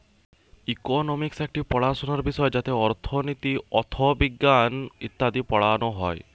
economics একটি পড়াশোনার বিষয় যাতে অর্থনীতি, অথবিজ্ঞান ইত্যাদি পড়ানো হয়